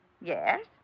Yes